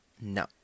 No